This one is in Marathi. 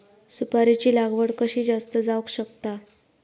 सुपारीची लागवड कशी जास्त जावक शकता?